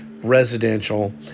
residential